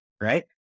right